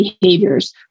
behaviors